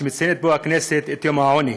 שבו הכנסת מציינת את יום העוני,